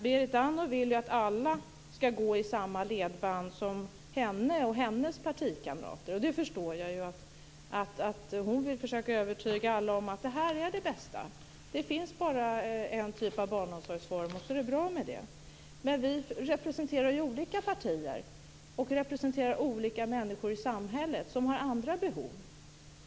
Berit Andnor vill att alla ska gå i samma ledband som hon och hennes partikamrater, och jag förstår att hon vill försöka övertyga alla om att det är det bästa. Det ska finnas bara en barnomsorgsform - det räcker. Vi representerar olika partier och människor i samhället som har skilda behov.